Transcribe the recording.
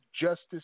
justice